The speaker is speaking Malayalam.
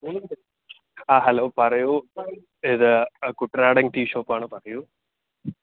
ആ ഹലോ പറയു ഇത് കുട്ടനാടൻ ടി ഷോപ്പാണ് പറയൂ